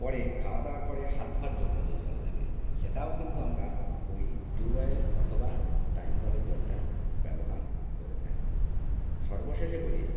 পরে খাওয়া দাওয়ার পরে হাত ধোয়ার জন্য যে জল লাগে সেটাও কিন্তু আমরা ওই টিউবঅয়েল অথবা টাইম কলের জলটা ব্যবহার করে থাকি সর্বশেষে বলি